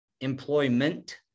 employment